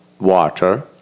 water